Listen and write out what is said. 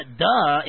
duh